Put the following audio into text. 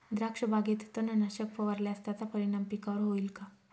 द्राक्षबागेत तणनाशक फवारल्यास त्याचा परिणाम पिकावर होईल का?